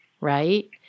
right